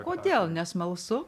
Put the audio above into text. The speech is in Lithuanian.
kodėl nesmalsu